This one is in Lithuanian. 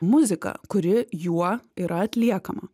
muzika kuri juo yra atliekama